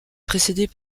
précédée